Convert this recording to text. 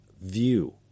view